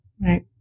Right